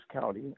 County